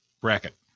Bracket